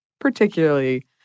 Particularly